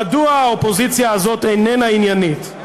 מדוע האופוזיציה הזאת איננה עניינית?